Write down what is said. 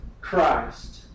Christ